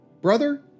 Brother